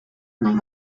nahi